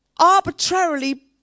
arbitrarily